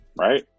right